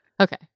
Okay